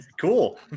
Cool